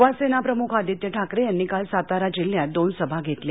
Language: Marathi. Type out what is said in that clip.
युवासेना प्रमूख आदित्य ठाकरे यांनी काल सातारा जिल्ह्यात दोन सभा घेतल्या